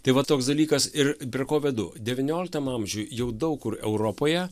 tai va toks dalykas ir prie ko vedu devynioliktam amžiui jau daug kur europoje